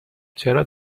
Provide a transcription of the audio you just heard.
چرا